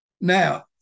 Now